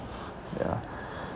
yeah